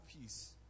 peace